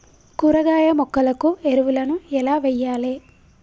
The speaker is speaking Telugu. కూరగాయ మొక్కలకు ఎరువులను ఎలా వెయ్యాలే?